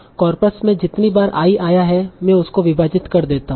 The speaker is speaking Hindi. कार्पस में जितनी बार i आया है में उसको विभाजित कर देता हूं